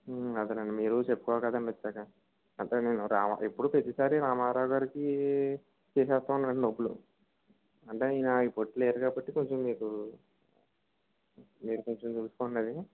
అదేనండి మీరూ చెప్పుకోవాలి కదండి వచ్చాక అంటే నేను రామారా ఎప్పుడు ప్రతిసారి రామారావుగారికి చేసేస్తాం అండి డబ్బులు అంటే ఈయన ఈ పూట లేరు కాబట్టి కొంచెం మీకు మీరు కొంచెం చూసుకోండి అది